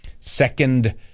second